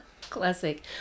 Classic